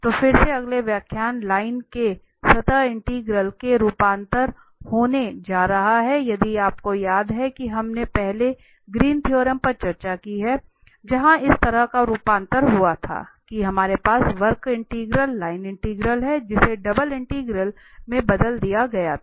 तो फिर से अगला व्याख्यान लाइन से सतह इंटीग्रल में रूपांतरण होने जा रहा है यदि आपको याद है कि हमने पहले ही ग्रीन थ्योरम पर चर्चा की है जहां इस तरह का रूपांतरण हुआ था कि हमारे पास वक्र इंटीग्रल लाइन इंटीग्रल है और जिसे डबल इंटीग्रल में बदल दिया गया था